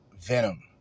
venom